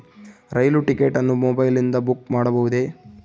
ರೈಲು ticket ಅನ್ನು ಮೊಬೈಲಿಂದ book ಮಾಡಬಹುದೆ?